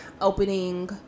opening